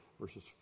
verses